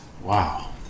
wow